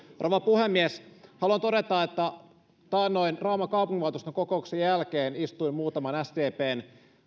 rouva puhemies haluan todeta että taannoin rauman kaupunginvaltuuston kokouksen jälkeen istuin muutaman sdpn